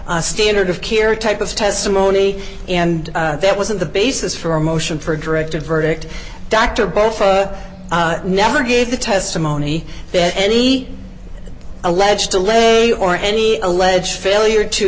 a standard of care type of testimony and that wasn't the basis for a motion for a directed verdict dr bopha never gave the testimony that any allege delay or any alleged failure to